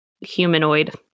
humanoid